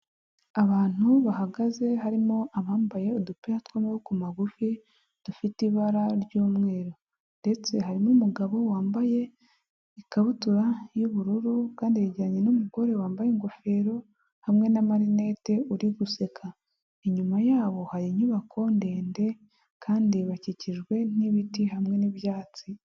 Abantu bahagaze harimo abambaye udupira tw'amaboko magufi dufite ibara ry'umweru, ndetse hari n'umugabo wambaye ikabutura y'ubururu, kandi yegeranye n'umugore wambaye ingofero hamwe na marinete uri guseka, inyuma yabo hari inyubako ndende, kandi bakikijwe n'ibiti hamwe n'ibyatsi.